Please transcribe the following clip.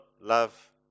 love